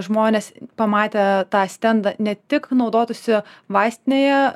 žmonės pamatę tą stendą ne tik naudotųsi vaistinėje